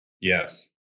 Yes